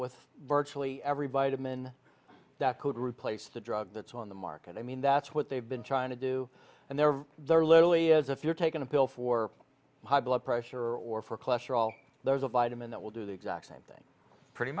with virtually every bite of men that could replace the drug that's on the market i mean that's what they've been trying to do and they're they're literally as if you're taking a pill for high blood pressure or for cholesterol there's a vitamin that will do the exact same thing pretty